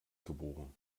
geboren